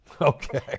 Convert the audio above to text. Okay